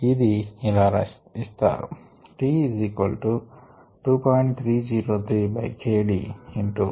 ఇది ఇలా ఇస్తారు